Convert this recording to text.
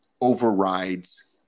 overrides